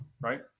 right